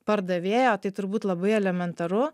pardavėjo tai turbūt labai elementaru